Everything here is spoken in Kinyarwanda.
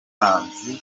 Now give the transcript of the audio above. abahanzi